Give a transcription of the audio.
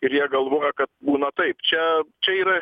ir jie galvoja kad būna taip čia čia yra